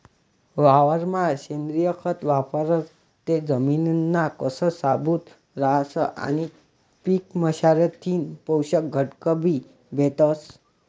वावरमा सेंद्रिय खत वापरं ते जमिनना कस शाबूत रहास आणि पीकमझारथीन पोषक घटकबी भेटतस